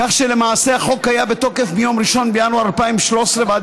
כך שלמעשה החוק היה בתוקף מיום 1 בינואר 2013 ועד